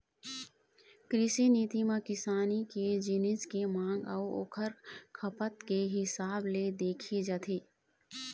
कृषि नीति म किसानी के जिनिस के मांग अउ ओखर खपत के हिसाब ल देखे जाथे